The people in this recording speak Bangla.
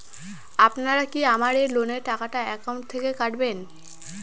আপনারা কি আমার এই লোনের টাকাটা একাউন্ট থেকে কাটবেন?